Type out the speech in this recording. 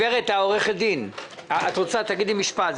עו"ד יפעל סולל, אם את רוצה תגידי משפט.